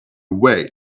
way